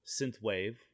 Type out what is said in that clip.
synthwave